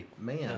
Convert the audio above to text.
Man